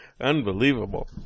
unbelievable